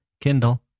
Kindle